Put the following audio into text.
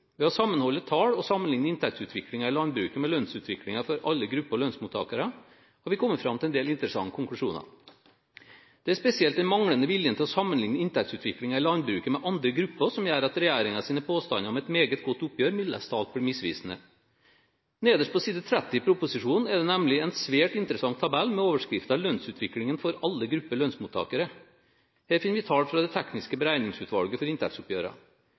Ved å sammenholde tall og sammenligne inntektsutviklingen i landbruket med lønnsutviklingen for alle grupper lønnsmottakere har vi kommet fram til en del interessante konklusjoner. Det er spesielt den manglende viljen til å sammenligne inntektsutviklingen i landbruket med andre grupper som gjør at regjeringens påstander om et meget godt oppgjør mildest talt blir misvisende. Nederst på side 30 i proposisjonen er det nemlig en svært interessant tabell med overskriften Lønnsutviklingen for alle grupper lønnsmottakere. Her finner vi tall fra Det tekniske beregningsutvalget for